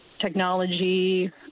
technology